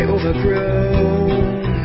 overgrown